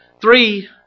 three